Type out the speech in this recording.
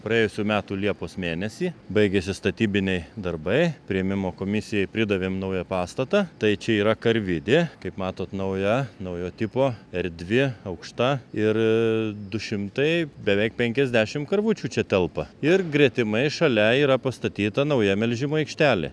praėjusių metų liepos mėnesį baigėsi statybiniai darbai priėmimo komisijai pridavėm naują pastatą tai čia yra karvidė kaip matot nauja naujo tipo erdvi aukšta ir du šimtai beveik penkiasdešimt karvučių čia telpa ir gretimai šalia yra pastatyta nauja melžimo aikštelė